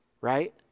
right